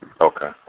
Okay